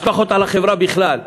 ההשלכות על החברה בכלל.